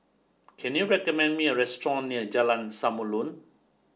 can you recommend me a restaurant near Jalan Samulun